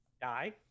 die